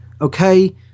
okay